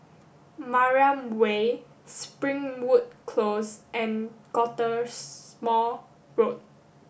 Mariam Way Springwood Close and Cottesmore Road